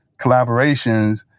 collaborations